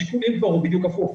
השיקולים פה הם בדיוק הפוך.